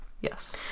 yes